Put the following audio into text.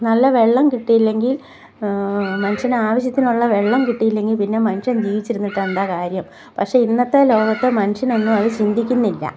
നല്ല വെള്ളം കിട്ടിയില്ലെങ്കിൽ മനുഷ്യൻ ആവശ്യത്തിനുള്ള വെള്ളം കിട്ടിയില്ലെങ്കിൽ പിന്നെ മനുഷ്യൻ ജീവിച്ചിരുന്നിട്ടെന്താ കാര്യം പക്ഷെ ഇന്നത്തെ ലോകത്ത് മനുഷ്യനൊന്നും അതു ചിന്തിക്കുന്നില്ല